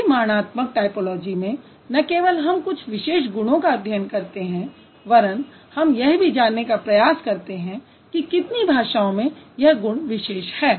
परिमाणात्मक टायपोलॉजी में न केवल हम कुछ विशेष गुणों का अध्ययन करते वरन हम यह भी जानने का प्रयास करते हैं कि कितनी भाषाओं में यह गुण विशेष है